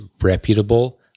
reputable